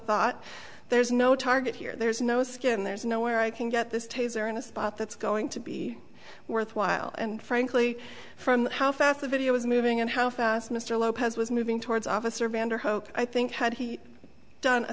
thought there's no target here there's no skin there's nowhere i can get this taser in a spot that's going to be worthwhile and frankly from how fast the video was moving and how fast mr lopez was moving towards officer vander hope i think had he done a